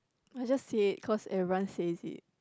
I just said because everyone says it